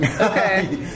Okay